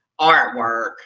artwork